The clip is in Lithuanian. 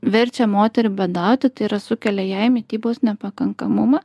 verčia moterį badauti tai yra sukelia jai mitybos nepakankamumą